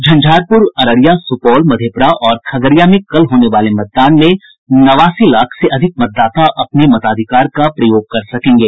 झंझारपूर अररिया सूपौल मधेपूरा और खगड़िया में कल होने वाले मतदान में नवासी लाख से अधिक मतदाता अपने मताधिकार का प्रयोग कर सकेंगे